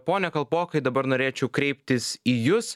pone kalpokai dabar norėčiau kreiptis į jus